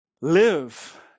live